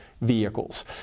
vehicles